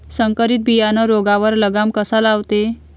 संकरीत बियानं रोगावर लगाम कसा लावते?